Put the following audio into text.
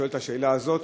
שואל את השאלה הזאת,